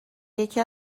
یکی